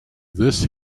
this